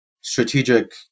strategic